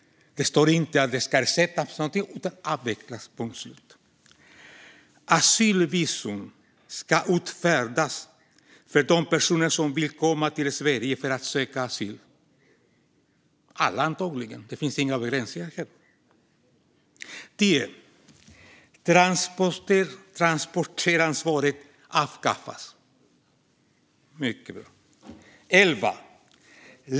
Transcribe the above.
Det står inte att den ska ersättas av någonting annat, utan den ska avvecklas - punkt slut. Asylvisum ska utfärdas för de personer som vill komma till Sverige för att söka asyl - alla antagligen; det finns inga begränsningar här. Transportörsansvaret avskaffas. Mycket bra, enligt Vänsterpartiet!